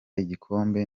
igikombe